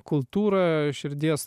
kultūrą širdies